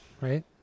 right